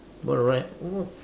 what write what